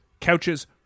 Couches